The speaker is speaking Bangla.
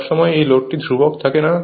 সব সময় এই লোডটি ধ্রুবক থাকে না